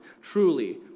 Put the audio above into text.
truly